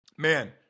Man